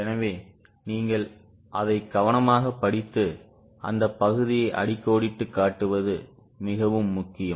எனவே நீங்கள் அதை கவனமாகப் படித்து அந்த பகுதியை அடிக்கோடிட்டுக் காட்டுவது மிகவும் முக்கியம்